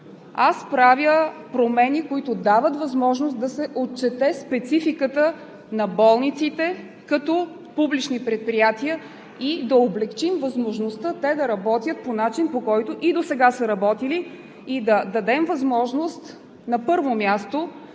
аз правя промени, които дават възможност да се отчете спецификата на болниците като публични предприятия и да облекчим възможността те да работят по начин, по който и досега са работили, и да дадем възможност на първо място